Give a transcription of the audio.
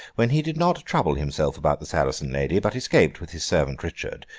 when he did not trouble himself about the saracen lady, but escaped with his servant richard,